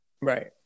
Right